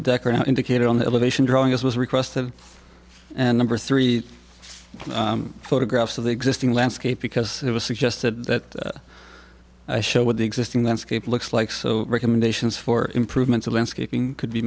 the deck are not indicated on the elevation drawing as was requested and number three photographs of the existing landscape because it was suggested that i show what the existing then skip looks like so recommendations for improvements of landscaping could be